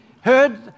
heard